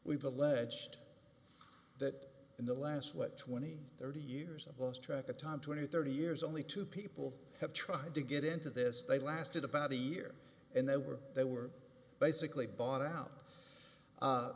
we've alleged that in the last what twenty thirty years of lost track of time twenty thirty years only two people have tried to get into this they lasted about a year and they were they were basically bought out